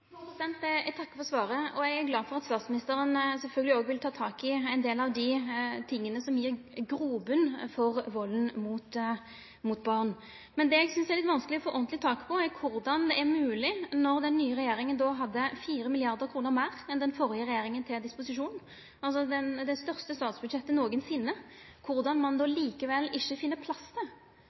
Eg takkar for svaret. Eg er glad for at statsministeren sjølvsagt òg vil ta tak i ein del av dei tinga som gjev grobotn for vald mot barn. Men det eg synest er litt vanskeleg å få ordentleg tak på, er korleis det er mogleg at den nye regjeringa, når ho hadde 4 mrd. kr meir enn den førre regjeringa til disposisjon – det største statsbudsjettet nokosinne – likevel ikkje finn plass til